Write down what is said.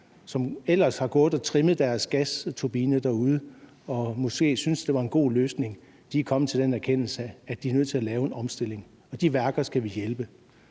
man ellers har gået og trimmet sine gasturbiner derude, og måske syntes, at det var en god løsning, nu er kommet til den erkendelse, at de er nødt til at lave en omstilling. Og de værker skal vi hjælpe.